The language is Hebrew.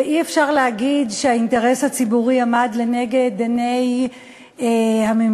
ואי-אפשר להגיד שהאינטרס הציבורי עמד לנגד עיני הממשלה,